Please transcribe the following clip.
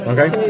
Okay